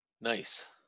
Nice